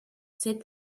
said